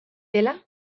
dela